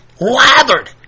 lathered